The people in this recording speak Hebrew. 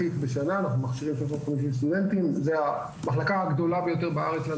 אם אנחנו לא נהיה רלוונטיים הכי טובים לא יגיעו